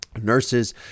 nurses